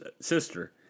sister